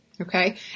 okay